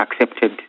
accepted